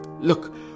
Look